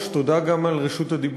אנחנו קבוצה גדולה מסיעות רבות בבית,